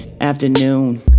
afternoon